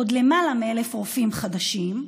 עוד למעלה מ-1,000 רופאים חדשים,